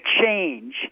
change